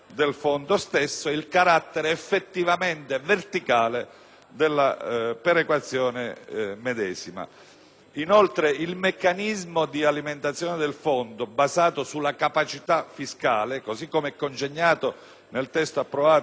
neanche il meccanismo di alimentazione del fondo basato sulla capacità fiscale, così come è congegnato nel testo approvato dalle Commissioni riunite, garantisce l'adeguatezza del fondo, soprattutto relativamente al finanziamento delle